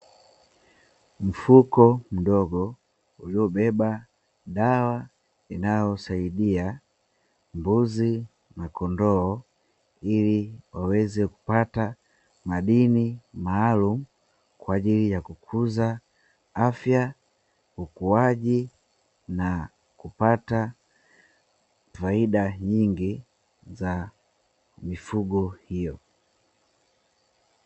Mfuko mdogo uliyobeba dawa inayosaidia mbuzi na kondoo ili waweze kupata madini maalumu, kwa ajili ya: kukuza afya, ukuaji, na kupata faida nyingi za mifugo hiyo.